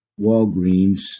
Walgreens